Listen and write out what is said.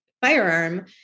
firearm